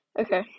okay